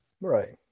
Right